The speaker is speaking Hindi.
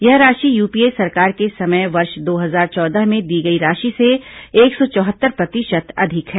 यह राशि यूपीए सरकार के समय वर्ष दो हजार चौदह में दी गई राशि से एक सौ चौहत्तर प्रतिशत अधिक है